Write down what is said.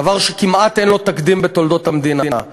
דבר שכמעט אין לו תקדים בתולדות המדינה.